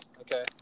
Okay